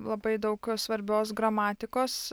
labai daug svarbios gramatikos